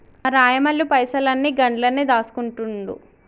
మా రాయమల్లు పైసలన్ని గండ్లనే దాస్కుంటండు